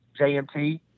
JMT